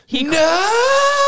No